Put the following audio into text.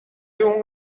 اون